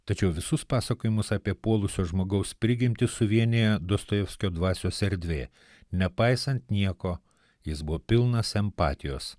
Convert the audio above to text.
tačiau visus pasakojimus apie puolusio žmogaus prigimtį suvienija dostojevskio dvasios erdvė nepaisant nieko jis buvo pilnas empatijos